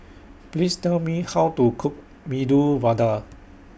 Please Tell Me How to Cook Medu Vada